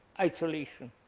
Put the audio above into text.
isolation.